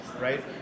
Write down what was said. right